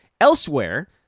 elsewhere